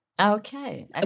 Okay